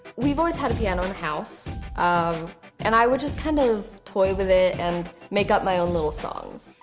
we've always had a piano in the house um and i would just kind of toy with it and make up my own little songs.